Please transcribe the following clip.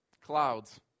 clouds